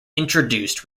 introduced